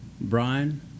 Brian